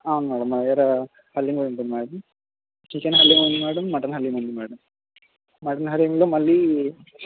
అవును మేడం మా దగ్గర హలీమ్ ఉంటుంది మేడం చికెన్ హలీమ్ ఉంది మేడం మటన్ హలీమ్ ఉంది మేడం మటన్ హలీమ్లో మళ్ళీ